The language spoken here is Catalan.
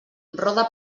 rode